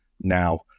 now